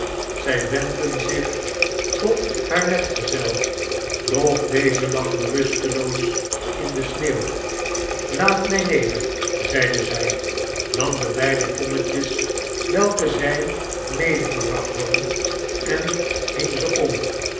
zij wendden zich tot haar metgezel doch deze lag bewusteloos in de sneeuw laat mij neder zeide zij nam de beide tonnetjes welke zij medegebracht hadden en hing ze om